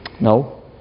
No